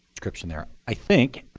description there. i think,